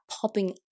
popping